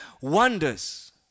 wonders